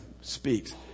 speaks